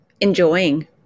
enjoying